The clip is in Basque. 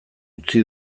utzi